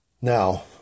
Now